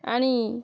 ଆଣି